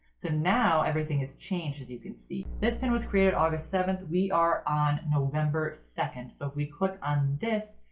so now everything is changed as you can see, this pin was created august seventh we are on november second, so if we click on this,